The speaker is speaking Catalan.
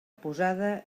posada